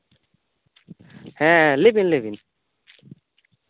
ᱦᱮ ᱞᱟᱹᱭ ᱵᱤᱱ ᱞᱟᱹᱭ ᱵᱤᱱ